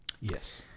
yes